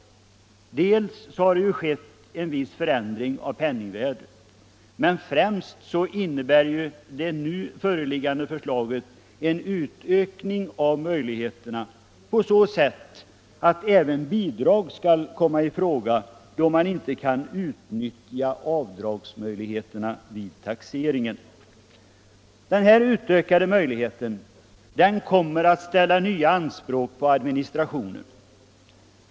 — ringsbidrag för Dels har det skett en viss förändring i penningvärdet, dels och framför = inventarieanskaffallt innebär det föreliggande förslaget en utökning på så sätt att även — ning bidrag skall komma i fråga då man inte kan utnyttja avdragsmöjligheterna vid taxeringen. Denna utökade möjlighet kommer att ställa nya anspråk på administrationen.